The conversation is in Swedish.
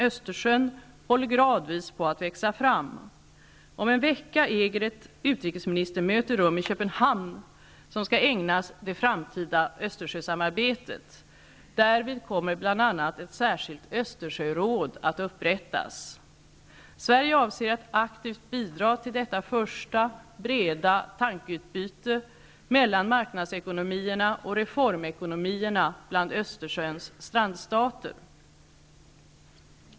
Östersjön håller gradvis på att växa fram. Om en vecka äger ett utrikesministermöte rum i Köpenhamn som skall ägnas det framtida Östersjösamarbetet. Därvid kommer bl.a. ett särskilt Östersjöråd att upprättas. Sverige avser att aktivt bidra till detta första, breda tankeutbyte mellan marknadsekonomierna och reformekonomierna bland Östersjöns strandstater.